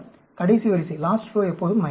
கடைசி வரிசை எப்போதும் மைனஸ்